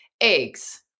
Eggs